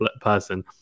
person